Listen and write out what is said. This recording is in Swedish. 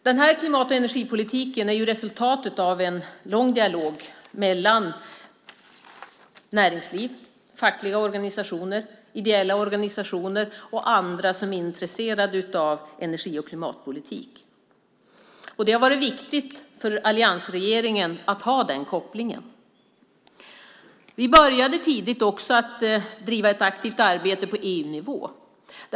Den här klimat och energipolitiken är resultatet av en lång dialog mellan näringsliv, fackliga organisationer, ideella organisationer och andra som är intresserade av energi och klimatpolitik. Det har varit viktigt för alliansregeringen att ha den kopplingen. Vi började också tidigt att driva ett aktivt arbete på EU-nivå.